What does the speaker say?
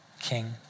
king